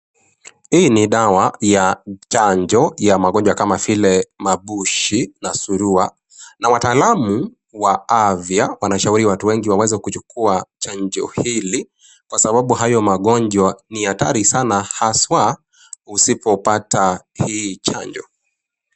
Hii ni dawa ya chanjo ya magonjwa kama vile mabushi na surua na wataalamu wa afya wanashauri watu wengi waweza kuchukua chanjo hili kwa sababu hayo magonjwa ni hatari sana haswa usipopata hii chanjo.